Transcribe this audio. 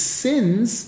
sins